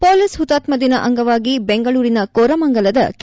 police ಹುತಾತ್ತದಿನ ಅಂಗವಾಗಿ ಬೆಂಗಳೂರಿನ ಕೋರಮಂಗಲದ ಕೆ